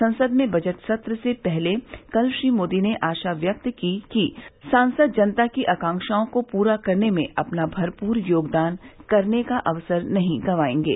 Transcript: संसद में बजट सत्र से पहले कल श्री मोदी ने आशा व्यक्त की कि सांसद जनता की आकाक्षाओं को पूरा करने में अपना भरपूर योगदान करने का अवसर नहीं गवाएंगे